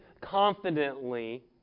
confidently